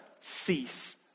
cease